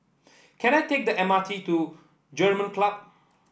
can I take the M R T to German Club